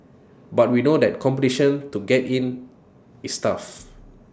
but we know that competition to get in is tough